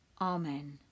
Amen